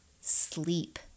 sleep